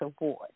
Award